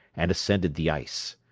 and ascended the ice.